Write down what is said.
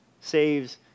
saves